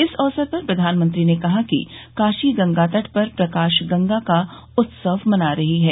इस अवसर पर प्रधानमंत्री ने कहा कि काशी गंगा तट पर प्रकाश गंगा का उत्सव मना रही है